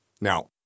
Now